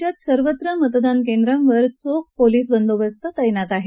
राज्यात सर्वत्र मतदानकेंद्रावर चोख पोलिस बंदोबस्त तैनात केला आहे